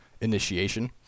initiation